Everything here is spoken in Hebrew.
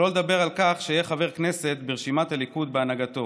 שלא לדבר על כך שאהיה חבר כנסת ברשימת הליכוד בהנהגתו.